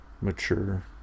Mature